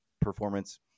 performance